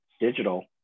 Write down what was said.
digital